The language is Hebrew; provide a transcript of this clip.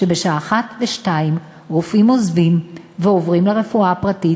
שבשעה 13:00 או 14:00 רופאים עוזבים ועוברים לרפואה הפרטית,